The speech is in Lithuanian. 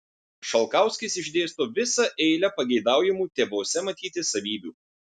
šalkauskis išdėsto visą eilę pageidaujamų tėvuose matyti savybių